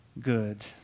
good